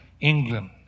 England